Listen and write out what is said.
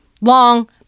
Long